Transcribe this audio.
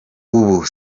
ubu